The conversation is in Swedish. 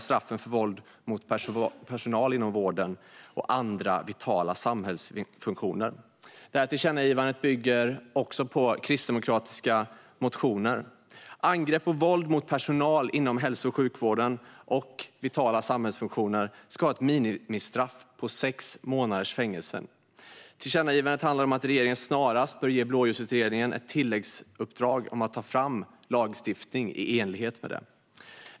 Straffet för våld mot personal inom vården och andra vitala samhällsfunktioner ska skärpas. Detta tillkännagivande bygger också på kristdemokratiska motioner. För angrepp och våld mot personal inom hälso och sjukvården och vitala samhällsfunktioner ska minimistraffet vara sex månaders fängelse. Tillkännagivandet handlar om att regeringen snarast bör ge Blåljusutredningen ett tilläggsuppdrag att ta fram lagstiftning i enlighet med detta.